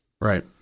right